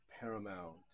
Paramount